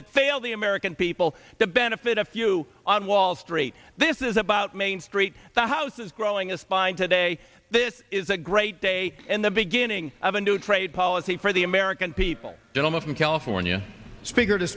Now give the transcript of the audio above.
that fail the american people the benefit of you on wall street this is about main street the house is growing a spine today this is a great day and the beginning of a new trade policy for the american people gentlemen from california speaker to